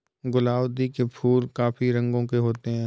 गुलाउदी के फूल काफी रंगों के होते हैं